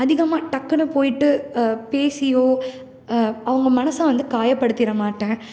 அதிகமாக டக்குன்னு போயிட்டு பேசியோ அவங்க மனதை வந்து காயப்படுத்திட மாட்டேன்